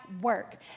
work